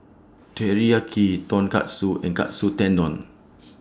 Teriyaki Tonkatsu and Katsu Tendon